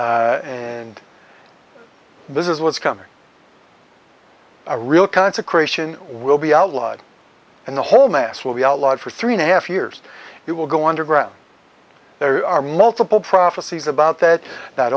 eucharist and this is what's coming a real consecration will be outlawed and the whole mass will be outlawed for three and a half years it will go underground there are multiple prophecies about that